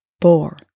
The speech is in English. four